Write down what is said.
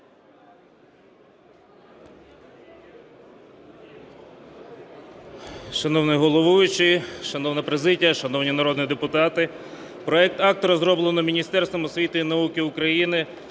Шановний головуючий, шановна президія, шановні народні депутати! Проект акта розроблено Міністерством освіти й науки України